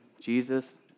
Jesus